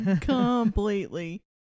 Completely